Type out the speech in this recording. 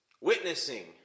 witnessing